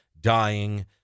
dying